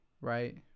Right